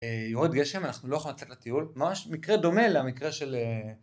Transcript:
יורד גשם, אנחנו לא יכולים לצאת לטיול. ממש מקרה דומה למקרה של...